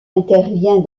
intervient